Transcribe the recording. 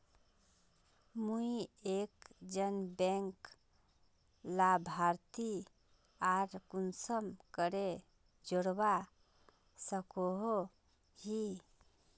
मुई एक जन बैंक लाभारती आर कुंसम करे जोड़वा सकोहो ही?